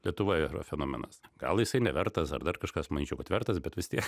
lietuvoje yra fenomenas gal jisai nevertas ar dar kažkas manyčiau kad vertas bet vis tiek